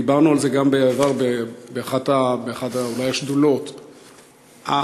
דיברנו על זה גם בעבר, באחת השדולות אולי.